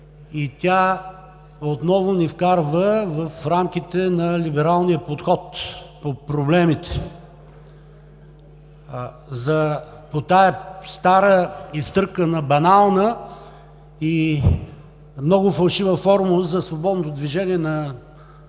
и отново ни вкарва в рамките на либералния подход по проблемите по тази стара, изтъркана, банална и много фалшива формула за свободното движение на